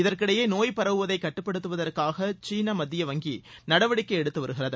இதற்கிடையே நோய் பரவுவதை கட்டுப்படுத்துவதற்காக சீன மத்திய வங்கி நடவடிக்கை எடுத்து வருகிறது